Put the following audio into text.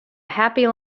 happy